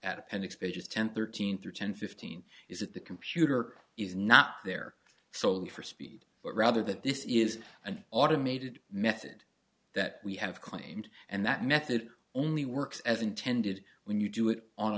at appendix pages ten thirteen through ten fifteen is that the computer is not there solely for speed but rather that this is an automated method that we have claimed and that method only works as intended when you do it on